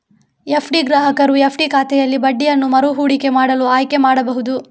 FD ಗ್ರಾಹಕರು FD ಖಾತೆಯಲ್ಲಿ ಬಡ್ಡಿಯನ್ನು ಮರು ಹೂಡಿಕೆ ಮಾಡಲು ಆಯ್ಕೆ ಮಾಡಬಹುದು